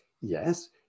Yes